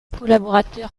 collaborateur